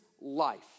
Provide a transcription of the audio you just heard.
life